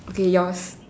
okay yours